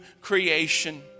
creation